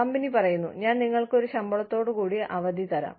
company പറയുന്നു ഞാൻ നിങ്ങൾക്ക് ഒരു ശമ്പളത്തോടുകൂടിയ അവധി തരാം